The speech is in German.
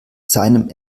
seinem